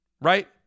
right